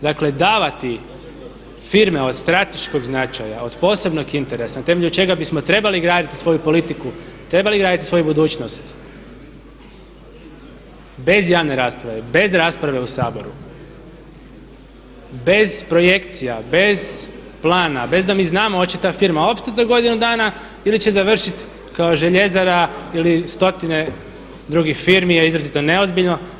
Dakle, davati firme od strateškog značaja, od posebnog interesa na temelju čega bismo trebali graditi svoju politiku, trebali graditi svoju budućnost bez javne rasprave, bez rasprave u Saboru, bez projekcija, bez plana da mi znamo hoće li ta firma opstati za godinu dana ili će završiti kao željezara ili stotine drugih firmi je izrazito neozbiljno.